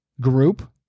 group